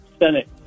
Senate